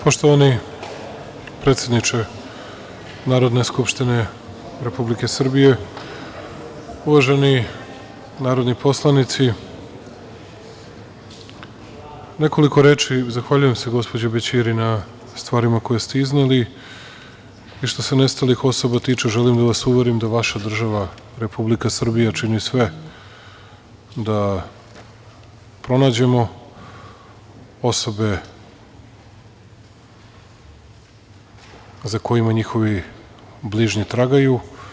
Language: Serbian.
Poštovani predsedniče Narodne skupštine Republike Srbije, uvaženi narodni poslanici, zahvaljujem se gospođi Bećiri na stvarima koje ste izneli, i što se nestalih osoba tiče želim da vas uverim da vaša država Republika Srbija čini sve da pronađemo osobe za kojima njihovi bližnji tragaju.